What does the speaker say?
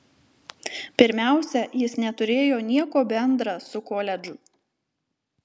pirmiausia jis neturėjo nieko bendra su koledžu